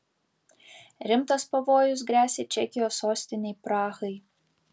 rimtas pavojus gresia čekijos sostinei prahai